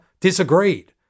disagreed